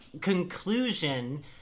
conclusion